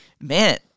man